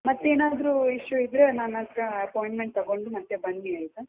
ಮತ್ತೇನಾದರೂ ಇಶ್ಯೂ ಇದ್ದರೆ ನನ್ನ ಹತ್ತಿರ ಅಪೋಯಿಂಟ್ಮೆಂಟ್ ತಗೊಂಡು ಮತ್ತೆ ಬನ್ನಿ ಆಯಿತಾ